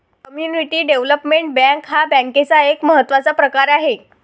community development bank हा बँकेचा एक महत्त्वाचा प्रकार आहे